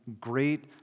great